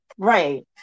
Right